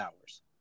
hours